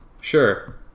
Sure